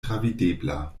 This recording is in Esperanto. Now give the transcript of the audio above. travidebla